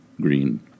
Green